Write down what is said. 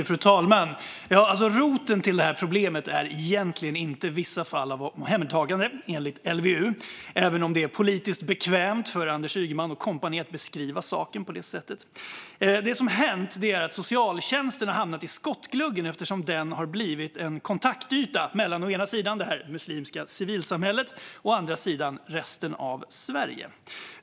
Fru talman! Roten till detta problem är egentligen inte vissa fall av omhändertaganden enligt LVU, även om det är politiskt bekvämt för Anders Ygeman och kompani att beskriva saken på det sättet. Det som hänt är att socialtjänsten har hamnat i skottgluggen eftersom den har blivit en kontaktyta mellan å ena sidan detta muslimska civilsamhälle och å andra sidan resten av Sverige.